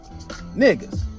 niggas